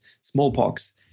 smallpox